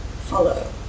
follow